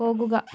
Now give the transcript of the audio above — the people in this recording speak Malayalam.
പോകുക